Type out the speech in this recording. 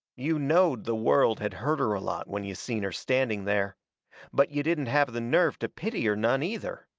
you knowed the world had hurt her a lot when you seen her standing there but you didn't have the nerve to pity her none, either.